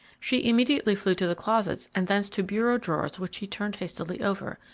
she immediately flew to the closets and thence to bureau drawers which she turned hastily over.